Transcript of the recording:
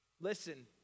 Listen